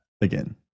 again